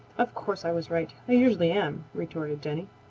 of course i was right. i usually am, retorted jenny.